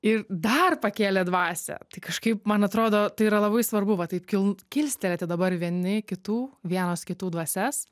ir dar pakėlė dvasią tai kažkaip man atrodo tai yra labai svarbu va taip kiln kilstelėti dabar vieni kitų vienos kitų dvasias